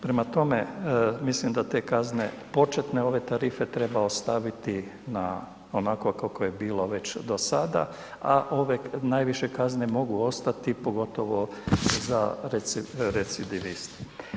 Prema tome, mislim da te kazne, početne ove tarife treba ostaviti na onako kako je bilo već do sada, a ove najviše kazne mogu ostati pogotovo za recidiviste.